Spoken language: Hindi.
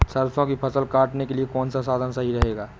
सरसो की फसल काटने के लिए कौन सा साधन सही रहेगा?